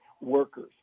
workers